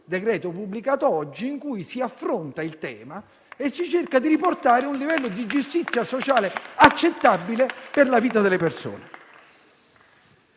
decreto-legge pubblicato oggi, in cui si affronta il tema e si cerca di riportare un livello di giustizia sociale accettabile per la vita delle persone.